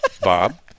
Bob